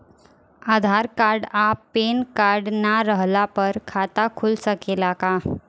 आधार card आ PAN card ना रहला पर खाता खुल सकेला का?